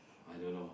I don't know